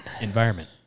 environment